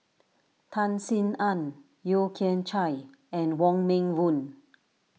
Tan Sin Aun Yeo Kian Chye and Wong Meng Voon